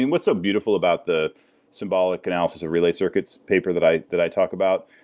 and what's so beautiful about the symbolic analysis of relay circuits paper that i that i talked about.